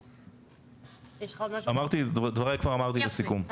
את דבריי כבר אמרתי לסיכום.